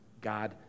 God